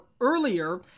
earlier